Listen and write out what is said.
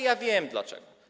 Ja wiem dlaczego.